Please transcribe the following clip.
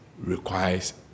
requires